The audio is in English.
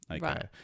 Right